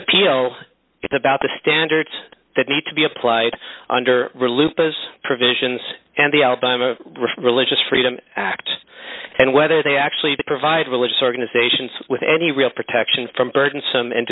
appeal is about the standards that need to be applied under rule lupo's provisions and the alabama religious freedom act and whether they actually provide religious organizations with any real protection from burdensome and